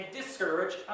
discourage